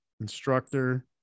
instructor